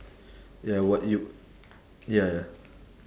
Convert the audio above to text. ya what you ya ya